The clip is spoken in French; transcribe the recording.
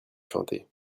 chanter